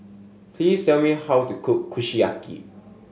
please tell me how to cook Kushiyaki